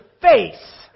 face